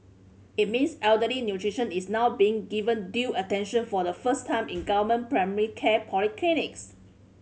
it means elderly nutrition is now being given due attention for the first time in government primary care polyclinics